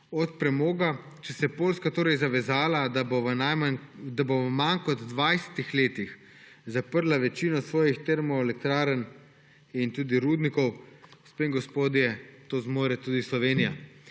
od premoga, če se je Poljska zavezala, da bo v manj kot dvajsetih letih zaprla večino svojih termoelektrarn in tudi rudnikov, gospe in gospodje, to zmore tudi Slovenija.